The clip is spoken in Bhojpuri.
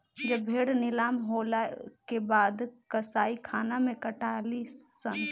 जब भेड़ नीलाम होला के बाद कसाईखाना मे कटाली सन